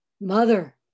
mother